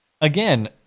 Again